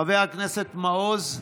חבר הכנסת מעוז,